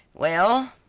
well,